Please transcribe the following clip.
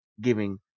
giving